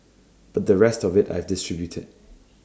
but the rest of IT I've distributed